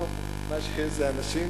בסוף מה שיש זה אנשים,